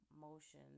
motion